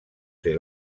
ser